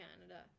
Canada